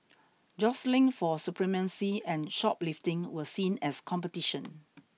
jostling for supremacy and shoplifting were seen as competition